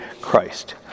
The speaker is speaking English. Christ